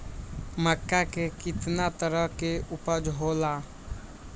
मक्का के कितना तरह के उपज हो ला?